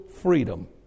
freedom